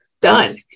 done